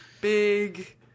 big